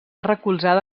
recolzada